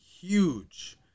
huge